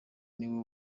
niwe